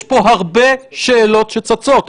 יש פה הרבה שאלות שצצות.